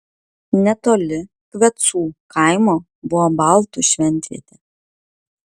netoli kvecų kaimo buvo baltų šventvietė